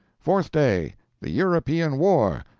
fourth day the european war!